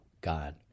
God